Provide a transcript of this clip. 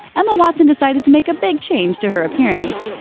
emma watson decided to make a big change to her appearance.